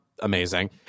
Amazing